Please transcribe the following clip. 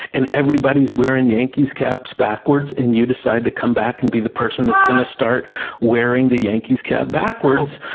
and everybody's wearing yankees caps backwards, and you decide to come back and be the person that's going to start wearing the yankees cap backwards.